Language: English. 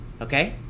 okay